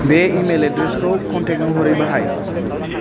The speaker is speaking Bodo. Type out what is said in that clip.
बे इमेल एड्रेसखौ कन्टेक्ट महरै बाहाय